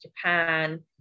japan